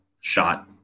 shot